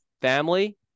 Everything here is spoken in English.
family